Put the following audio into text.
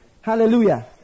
hallelujah